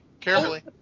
Carefully